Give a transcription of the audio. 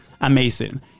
amazing